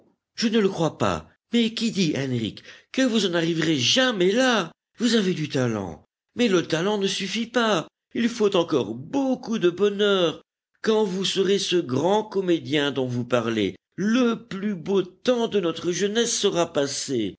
je ne le crois pas mais qui dit henrich que vous en arriverez jamais là vous avez du talent mais le talent ne suffit pas il faut encore beaucoup de bonheur quand vous serez ce grand comédien dont vous parlez le plus beau temps de notre jeunesse sera passé